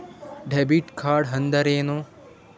Debit ಕಾರ್ಡ್ಅಂದರೇನು?